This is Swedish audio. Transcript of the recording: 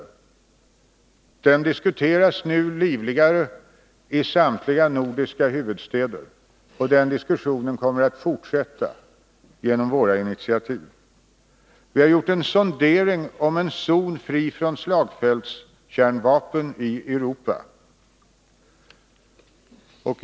Förslaget om en kärnvapenfri zon diskuteras nu livligare i samtliga nordiska huvudstäder, och den diskussionen kommer att fortsätta genom våra initiativ. Vi har gjort en sondering om en zon fri från slagfältskärnvapen i Europa.